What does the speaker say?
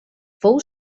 fou